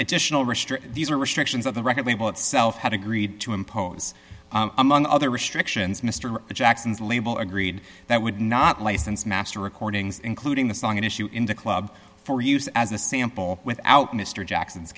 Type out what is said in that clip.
additional restrict these are restrictions on the record label itself had agreed to impose among other restrictions mr jackson's label agreed that would not license master recordings including the song and issue in the club for use as a sample without mr jackson's